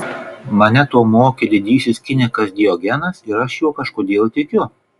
mane to mokė didysis kinikas diogenas ir aš juo kažkodėl tikiu